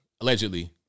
allegedly